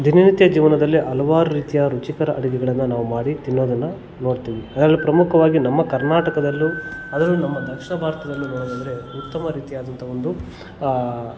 ದಿನನಿತ್ಯ ಜೀವನದಲ್ಲಿ ಹಲವಾರು ರೀತಿಯ ರುಚಿಕರ ಅಡುಗೆಗಳನ್ನು ನಾವು ಮಾಡಿ ತಿನ್ನೋದನ್ನು ನೋಡ್ತೀವಿ ಇವಾಗ ಪ್ರಮುಖವಾಗಿ ನಮ್ಮ ಕರ್ನಾಟಕದಲ್ಲೂ ಅದರಲ್ಲೂ ನಮ್ಮ ದಕ್ಷಿಣ ಭಾರತದಲ್ಲೂ ನೋಡೋದಾದ್ರೆ ಉತ್ತಮ ರೀತಿಯಾದಂಥ ಒಂದು